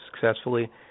successfully